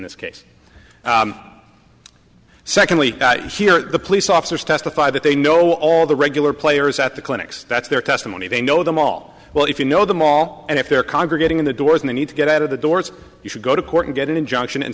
this case secondly you hear the police officers testify that they know all the regular players at the clinics that's their testimony they know them all well if you know them all and if they're congregating in the doors and need to get out of the doors you should go to court and get an injunction